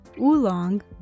oolong